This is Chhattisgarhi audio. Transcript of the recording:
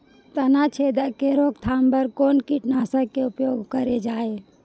तनाछेदक के रोकथाम बर कोन कीटनाशक के उपयोग करे जाये?